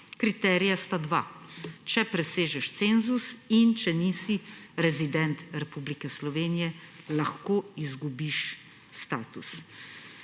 Kriterija sta dva, če presežeš cenzus in če nisi rezident Republike Slovenije, lahko izgubiš status.